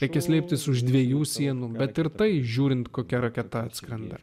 reikia slėptis už dviejų sienų bet ir tai žiūrint kokia raketa atskrenda